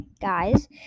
guys